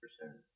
percent